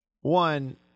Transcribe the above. One